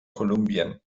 kolumbien